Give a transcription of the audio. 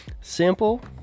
Simple